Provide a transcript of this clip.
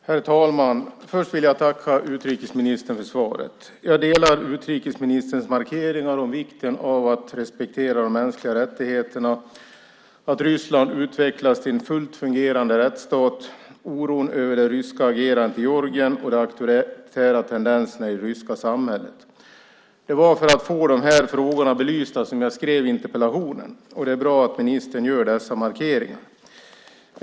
Herr talman! Först vill jag tacka utrikesministern för svaret. Jag instämmer i utrikesministerns markeringar av vikten av att respektera de mänskliga rättigheterna, vikten av att Ryssland utvecklas till en fullt fungerande rättsstat, oron över det ryska agerandet i Georgien och de auktoritära tendenserna i det ryska samhället. Det var för att få de frågorna belysta som jag skrev interpellationen, och det är bra att ministern gör dessa markeringar.